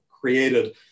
created